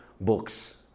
books